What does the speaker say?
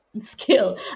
skill